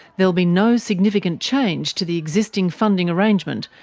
there will be no significant change to the existing funding arrangement,